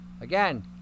again